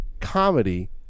comedy